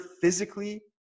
physically